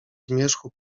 zmierzchu